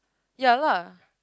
ya lah